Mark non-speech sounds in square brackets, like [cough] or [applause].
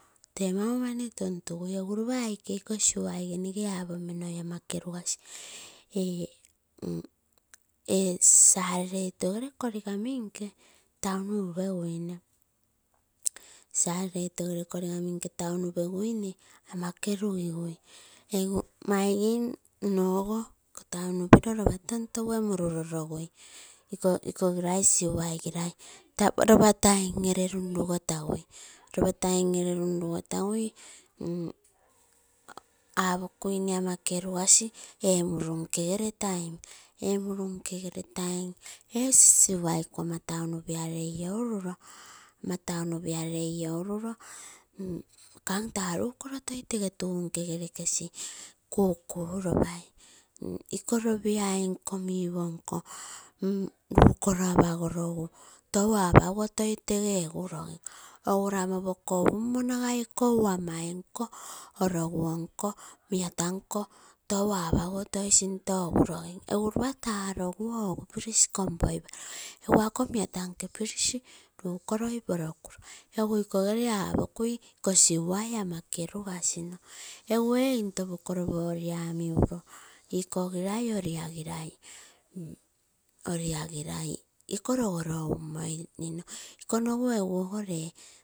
[noise] Egu ropa aike iko siwai gee nege apominoi ama kerugasi ee saturday oito korigaminke taunu upeguine. [noise] Sarere oito korigaminke taun upeguinee ama kerugigui maigim nnogo taun piroo ropa tontoguee murulologui. Ikogi lai siwai girai ropa taim gere lun lungotaguiropa taim ere [hesitation] ama kerugasi ee muruu nkee gere taim. Ee muruu nke gere taim ee siwaiku ama taun pialei in inorumoo [hesitation] kan taa rukoloo tee tunkegere kuku lopai, [hesitation] iko lopiai nko mivo nnkoo nmm rukoro apagogu tou apaguo [hesitation] toi teege ogurogim oguramo poko upumo nagai ikoo umai nkoo oroguo nkoo miata nko touoapaguoo toi sinto ogurogim, egu roopa taa oroguoo egu bridge porukoiparo kompoi paroo miata nke bridges rukoroi porokuroo. Egu ikoigere apokui siwai ama kerugasino, egu ee into pokoropo oni ami nkoo ikogilai ori agilai iko rogo un moinipio iko nogu egu.